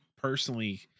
personally